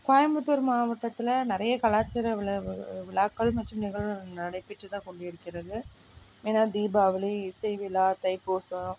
கோயம்புத்தூர் மாவட்டத்தில் நிறைய கலாச்சார விழா விழாக்கள் மற்றும் நிகழ்வுகள் நடைபெற்றுதான் கொண்டிருக்கிறது ஏனால் தீபாவளி இசைவிழா தைப்பூசம்